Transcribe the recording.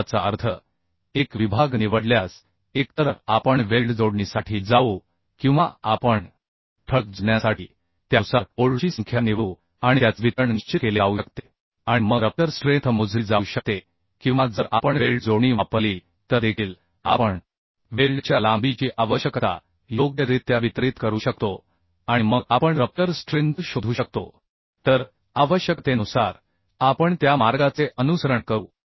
याचा अर्थ एक विभाग निवडल्यास एकतर आपण वेल्ड जोडणीसाठी जाऊ किंवा आपण ठळक जोडण्यांसाठी त्यानुसार बोल्टची संख्या निवडू आणि त्याचे वितरण निश्चित केले जाऊ शकते आणि मग रप्चर स्ट्रेंथ मोजली जाऊ शकते किंवा जर आपण वेल्ड जोडणी वापरली तर देखील आपण वेल्डच्या लांबीची आवश्यकता योग्यरित्या वितरित करू शकतो आणि मग आपण रप्चर स्ट्रेंथ शोधू शकतो तर आवश्यकतेनुसार आपण त्या मार्गाचे अनुसरण करू